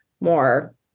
more